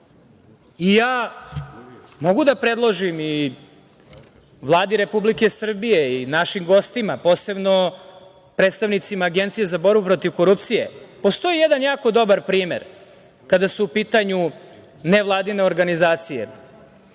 stranke? Mogu da predložim i Vladi Republike Srbije i našim gostima, posebno predstavnicima Agencije za borbu protiv korupcije, postoji jedan jako dobar primer kada su u pitanju nevladine organizacije,